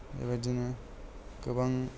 बेबायदिनो गोबां